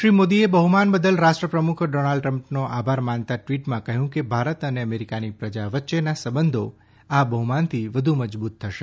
શ્રી મોદીએ બહુમાન બદલ રાષ્ટ્રપ્રમુખ ડોનાલ્ડ ટ્રમ્પનો આભાર માનતા ટ્વિટમાં કહ્યું છે ભારત અને અમેરિકાની પ્રજા વચ્ચેના સંબંધો આ બહ્માનથી વધુ મજબૂત થશે